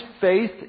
faith